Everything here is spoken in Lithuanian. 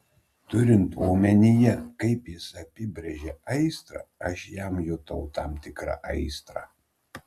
turint omenyje kaip jis apibrėžia aistrą aš jam jutau tam tikrą aistrą